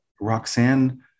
Roxanne